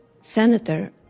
Senator